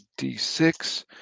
D6